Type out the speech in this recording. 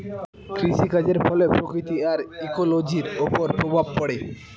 কৃষিকাজের ফলে প্রকৃতি আর ইকোলোজির ওপর প্রভাব পড়ে